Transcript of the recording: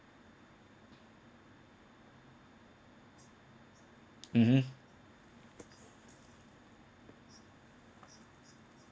mmhmm